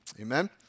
Amen